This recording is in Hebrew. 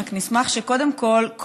רק נשמח שקודם כול,